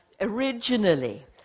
originally